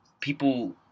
people